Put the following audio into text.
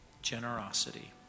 generosity